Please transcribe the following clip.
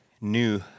new